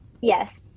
Yes